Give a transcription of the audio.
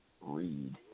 read